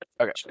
Okay